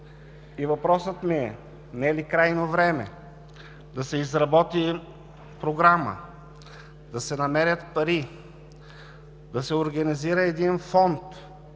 Въпросът ми е: не е ли крайно време да се изработи програма, да се намерят пари, да се организира един фонд